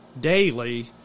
daily